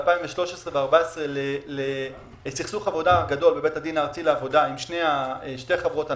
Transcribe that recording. ו-2014 לסכסוך עבודה גדול בבית הדין הארצי לעבודה עם שתי חברות הנמל.